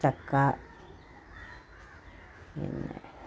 ചക്ക പിന്നേ